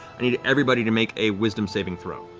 i need everybody to make a wisdom saving throw.